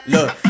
Look